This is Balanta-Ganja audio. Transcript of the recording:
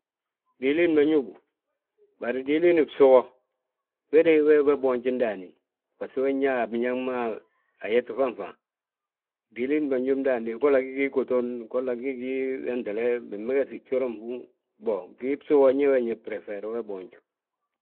Diilin ma ñóbu, bari diilini bsu bo, we de, we boonji ndaani. Basgo we nñaa biñaŋ ma ayet fanfaŋ, wilin ma ñób ndaani, golla gí gii gutun, golla gí gii wéntele, bimegesi gjooraŋ gbúŋ, Bow bii bsu bo, bee bi ñe brefeere, be boonju.